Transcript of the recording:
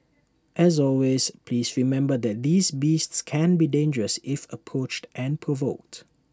as always please remember that these beasts can be dangerous if approached and provoked